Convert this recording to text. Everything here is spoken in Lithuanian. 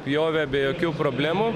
pjovė be jokių problemų